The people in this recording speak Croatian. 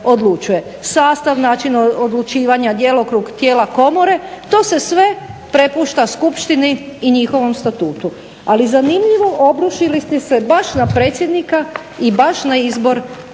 odlučuje. Sastav, način odlučivanja, djelokrug tijela Komore to se sve prepušta Skupštini i njihovom Statutu. Ali zanimljivo, obrušili ste se baš na predsjednika i baš na izbor